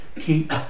keep